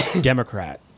Democrat